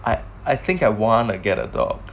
I I think I wanna get a dog